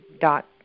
dot